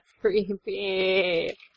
creepy